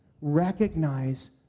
recognize